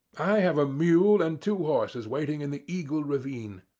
i have a mule and two horses waiting in the eagle ravine.